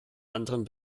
anderen